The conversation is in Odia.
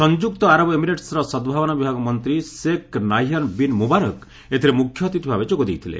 ସଂଯୁକ୍ତ ଆରବ ଏମିରେଟ୍ସ୍ର ସଦ୍ଭାବନା ବିଭାଗ ମନ୍ତ୍ରୀ ସେକ୍ ନାହିଆନ୍ ବିନ୍ ମୁବାରକ୍ ଏଥିରେ ମୁଖ୍ୟ ଅତିଥି ଭାବେ ଯୋଗ ଦେଇଥିଲେ